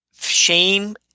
shame